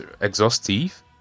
exhaustive